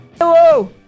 hello